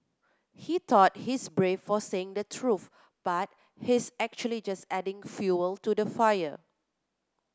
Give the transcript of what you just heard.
he thought he's brave for saying the truth but he's actually just adding fuel to the fire